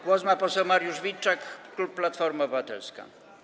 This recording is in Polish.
Głos ma poseł Mariusz Witczak, klub Platforma Obywatelska.